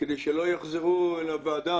כדי שלא יחזרו לוועדה?